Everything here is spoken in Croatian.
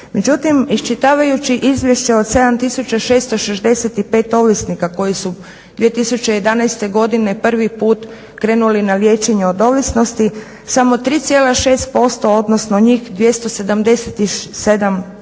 Međutim, iščitavajući izvješća od 7665 ovisnika koji su 2011. godine prvi put krenuli na liječenje od ovisnosti, samo 3,6% odnosno njih 276 završilo